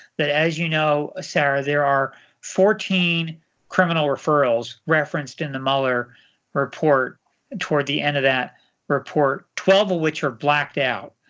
that as you know, sarah, there are fourteen criminal referrals referenced in the mueller report toward the end of that report, twelve of which are blacked out.